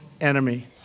enemy